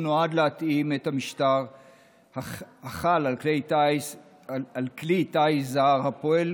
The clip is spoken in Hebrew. הוא נועד להתאים את המשטר החל על כלי טיס זר הפועל